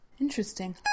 Interesting